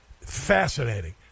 Fascinating